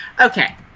okay